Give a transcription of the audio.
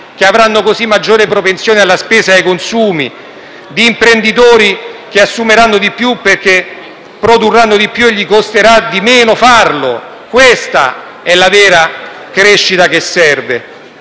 che avranno così maggiore propensione alla spesa e ai consumi, di imprenditori che assumeranno di più perché produrranno di più e gli costerà di meno farlo. Questa è la vera crescita che serve.